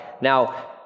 Now